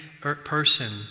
person